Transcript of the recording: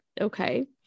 okay